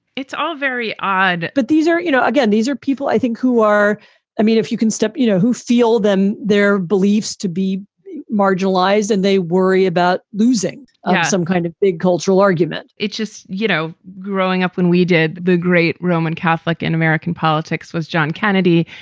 it's all very odd, but these are you know, again, these are people i think, who are i mean, if you can step, you know, who feel them, their beliefs to be marginalized and they worry about losing some kind of big cultural argument it's just, you know, growing up when we did the great roman catholic in american politics was john kennedy.